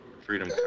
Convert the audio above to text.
Freedom